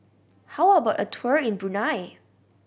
how about a tour in Brunei